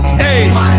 Hey